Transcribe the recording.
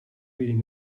reading